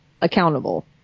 accountable